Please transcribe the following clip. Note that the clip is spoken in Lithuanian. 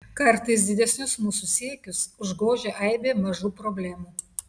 kartais didesnius mūsų siekius užgožia aibė mažų problemų